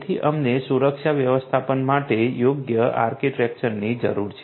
તેથી અમને સુરક્ષા વ્યવસ્થાપન માટે યોગ્ય આર્કિટેક્ચરની જરૂર છે